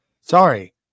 Sorry